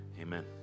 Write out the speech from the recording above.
amen